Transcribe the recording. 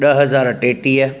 ॾह हज़ार टेटीह